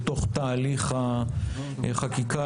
בתוך תהליך החקיקה,